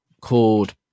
called